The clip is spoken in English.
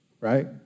right